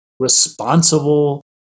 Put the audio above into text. responsible